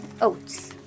oats